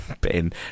Ben